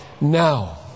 now